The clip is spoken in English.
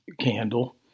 candle